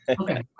Okay